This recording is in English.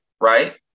right